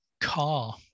car